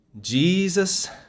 Jesus